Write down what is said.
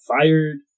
fired